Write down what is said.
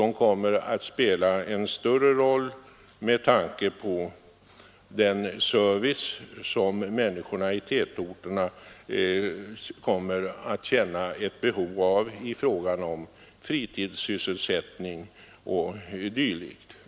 De kommer också att spela en ändå större roll med tanke på att människorna i tätorterna kommer att efterfråga en ökad service i samband med fritidssysselsättning o. d.